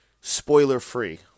spoiler-free